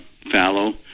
fallow